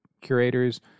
curators